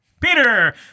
Peter